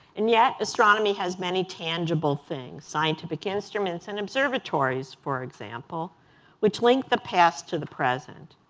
and yet astronomy has many tangible things scientific instruments and observatories, for example which link the past to the present.